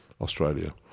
Australia